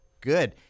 Good